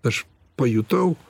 aš pajutau